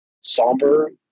somber